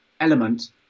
element